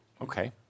Okay